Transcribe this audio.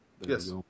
Yes